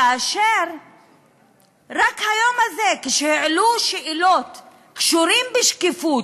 כאשר רק היום הזה, כשהעלו שאלות שקשורות לשקיפות,